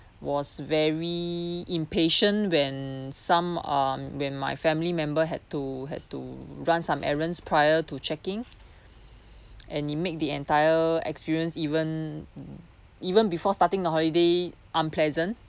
was very impatient when some um when my family member had to had to run some errands prior to check in and it made the entire experience even even before starting the holiday unpleasant